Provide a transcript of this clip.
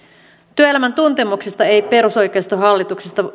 työelämän tuntemuksesta ei perusoikeistohallitusta